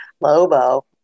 Lobo